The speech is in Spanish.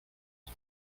ver